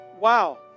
Wow